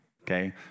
okay